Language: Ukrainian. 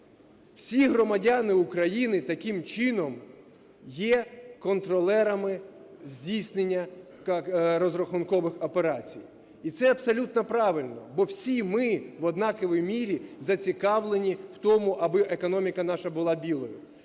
Всі громадяни України таким чином є контролерами здійснення розрахункових операцій. І це абсолютно правильно, бо всі ми в однаковій мірі зацікавлені в тому аби економіка наша була білою,